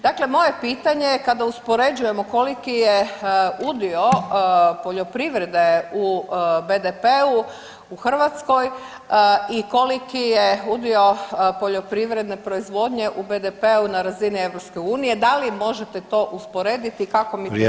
Dakle, moje pitanje je kada uspoređujemo koliki je udio poljoprivrede u BDP-u u Hrvatskoj i koliki je udio poljoprivredne proizvodnje u BDP-u na razini EU, da li možete to usporediti i kako mi tu [[Upadica: Vrijeme.]] stojimo?